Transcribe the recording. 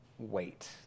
wait